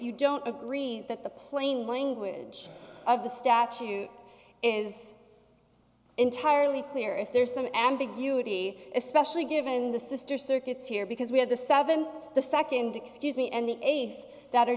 you don't agree that the plain language of the statute is entirely clear if there's some ambiguity especially given the sr circuits here because we have the th the nd excuse me and the aides that are